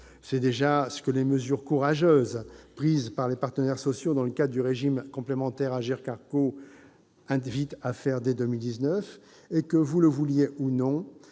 C'est ce que les mesures courageuses prises par les partenaires sociaux dans le cadre du régime complémentaire AGIRC-ARRCO invitent à faire dès 2019. Que vous le vouliez ou non,